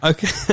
Okay